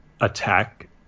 attack